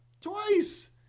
twice